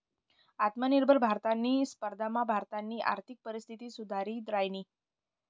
आत्मनिर्भर भारतनी स्पर्धामा भारतनी आर्थिक परिस्थिती सुधरि रायनी